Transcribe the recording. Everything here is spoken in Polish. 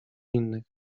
innych